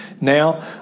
now